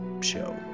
show